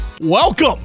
Welcome